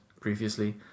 previously